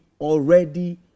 already